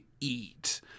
eat